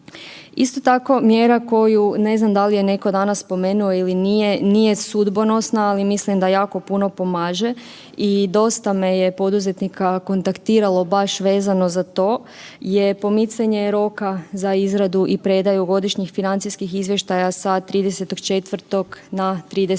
Isto tako mjera koju, ne znam dal je neko danas spomenuo ili nije, nije sudbonosna, ali mislim da jako puno pomaže i dosta me je poduzetnika kontaktiralo baš vezano za to, je pomicanje roka za izradu i predaju godišnjih financijskih izvještaja sa 30.4. na 30.